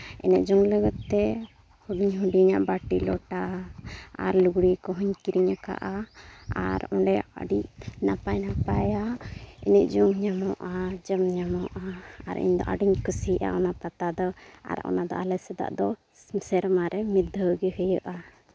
ᱮᱱᱮᱡ ᱡᱚᱝ ᱞᱟᱹᱜᱤᱫ ᱛᱮ ᱦᱩᱰᱤᱧ ᱦᱩᱰᱤᱧ ᱟᱜ ᱵᱟᱹᱴᱤ ᱞᱚᱴᱟ ᱟᱨ ᱞᱩᱜᱽᱲᱤ ᱠᱚᱦᱚᱸᱧ ᱠᱤᱨᱤᱧ ᱠᱟᱜᱼᱟ ᱟᱨ ᱚᱸᱰᱮ ᱟᱹᱰᱤ ᱱᱟᱯᱟᱭ ᱱᱟᱯᱟᱭᱟᱜ ᱮᱱᱮᱡ ᱡᱚᱝ ᱧᱟᱢᱚᱜᱼᱟ ᱡᱚᱢ ᱧᱟᱢᱚᱜᱼᱟ ᱟᱨ ᱤᱧᱫᱚ ᱟᱹᱰᱤᱧ ᱠᱩᱥᱤᱭᱟᱜᱼᱟ ᱚᱱᱟ ᱯᱟᱛᱟ ᱫᱚ ᱟᱨ ᱚᱱᱟᱫᱚ ᱟᱞᱮ ᱥᱮᱫᱟᱜ ᱫᱚ ᱥᱮᱨᱢᱟ ᱨᱮ ᱢᱤᱫ ᱫᱷᱟᱹᱣ ᱜᱮ ᱦᱩᱭᱩᱜᱼᱟ